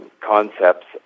concepts